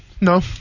No